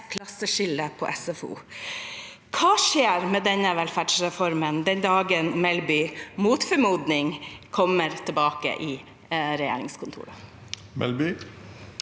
klasseskille på SFO. Hva skjer med denne velferdsreformen den dagen Melby mot formodning kommer tilbake i regjeringskontorene?